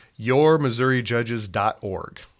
yourmissourijudges.org